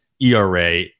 ERA